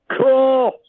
Cool